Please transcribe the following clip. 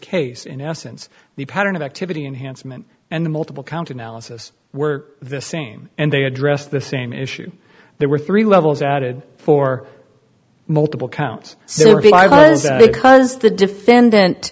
case in essence the pattern of activity enhancement and the multiple count analysis were the same and they address the same issue there were three levels added for multiple counts so because the defendant